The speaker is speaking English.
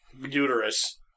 Uterus